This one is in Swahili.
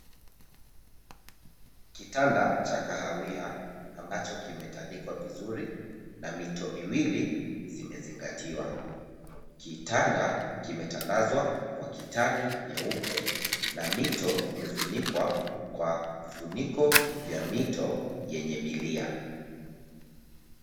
Kitanda cha kahawia ambacho kimetandikwa vizuri na mito miwili zimezingatiwa, kitanda kimetandaswa kwa kitani nyeupe na mito imefunikwa kwa kifuniko ya mito yenye milia.